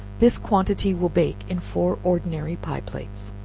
this quantity will bake in four ordinary pie plates.